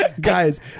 Guys